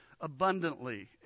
abundantly